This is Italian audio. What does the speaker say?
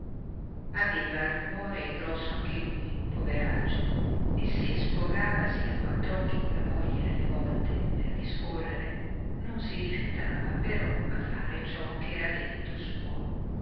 aveva il cuore grosso anche lui poveraccio e se sfogavasi a quattr'occhi colla moglie alle volte per discorrere non si rifiutava però a fare ciò ch'era debito suo